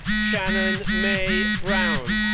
shannon may brown,